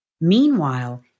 Meanwhile